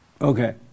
Okay